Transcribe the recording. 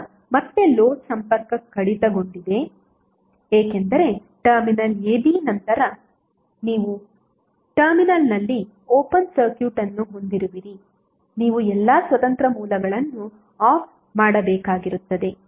ಈಗ ಮತ್ತೆ ಲೋಡ್ ಸಂಪರ್ಕ ಕಡಿತಗೊಂಡಿದೆ ಏಕೆಂದರೆ ಟರ್ಮಿನಲ್ ab ನಂತರ ನೀವು ಟರ್ಮಿನಲ್ನಲ್ಲಿ ಓಪನ್ ಸರ್ಕ್ಯೂಟ್ ಅನ್ನು ಹೊಂದಿರುವಿರಿ ನೀವು ಎಲ್ಲಾ ಸ್ವತಂತ್ರ ಮೂಲಗಳನ್ನು ಆಫ್ ಮಾಡಬೇಕಾಗಿರುತ್ತದೆ